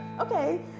Okay